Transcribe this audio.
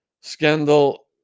scandal